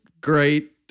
great